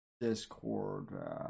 Discord